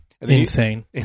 Insane